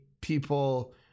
people